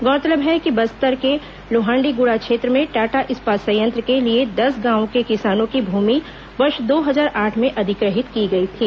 गौरतलब है कि बस्तर जिले के लोहांडीगुड़ा क्षेत्र में टाटा इस्पात संयंत्र के लिए दस गांवों के किसानों की भूमि वर्ष दो हजार आठ में अधिग्रहित की गई थी